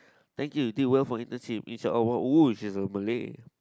thank you do well for internship each are all well oh she's a Malay